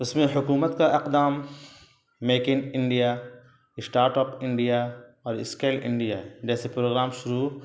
اس میں حکومت کا اقدام make in India start up India اور اسکیل انڈیا جیسے پروگرام شروع